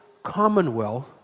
Commonwealth